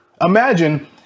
Imagine